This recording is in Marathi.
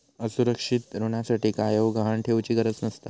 असुरक्षित ऋणासाठी कायव गहाण ठेउचि गरज नसता